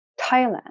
Thailand